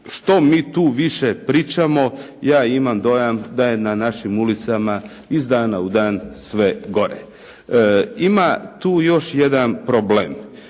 što mi tu više pričamo ja imam dojam da je na našim ulicama iz dana u dan sve gore. Ima tu još jedan problem.